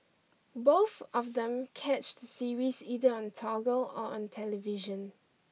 both of them catch the series either on toggle or on television